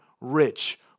rich